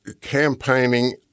campaigning